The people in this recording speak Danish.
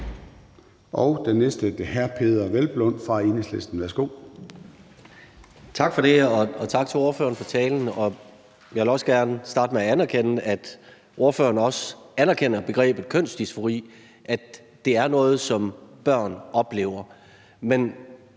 Den næste er hr. Peder Hvelplund fra Enhedslisten. Værsgo. Kl. 20:52 Peder Hvelplund (EL): Tak for det, og tak til ordføreren for talen. Jeg vil også gerne starte med at anerkende, at ordføreren også anerkender begrebet kønsdysfori, og at det er noget, som børn oplever.